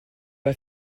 pas